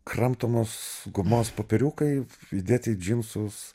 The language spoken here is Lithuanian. kramtomos gumos popieriukai įdėti į džinsus